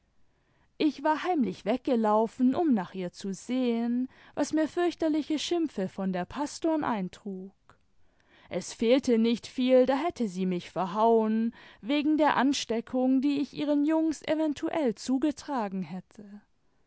ich war heimlich weggelaufen lun nach ihr zu sehen was mir fürchterliche schimpfe von der pastom eintrug es fehlte nicht viel da hätte sie mich verhauen wegen der ansteckung die ich ihren jungens eventuell zugetragen hätte